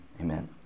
amen